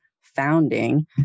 founding